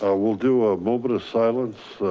ah we'll do a moment of silence.